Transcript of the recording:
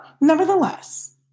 Nevertheless